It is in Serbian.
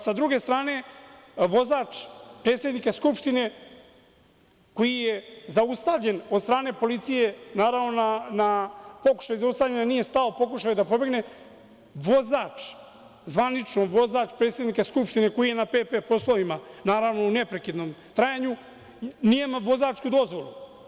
Sa druge strane vozač predsednika Skupštine, koji je zaustavljen od strane policije, naravno na pokušaju zaustavljanja nije stao, pokušao je da pobegne, zvanično vozač predsednika Skupštine koji je na p.p. poslovima u neprekidnom trajanju, nije imao vozačku dozvolu.